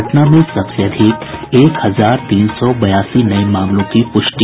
पटना में सबसे अधिक एक हजार तीन सौ बयासी नये मामलों की प्रष्टि